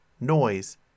noise